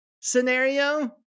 scenario